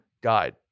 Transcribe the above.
guide